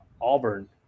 Auburn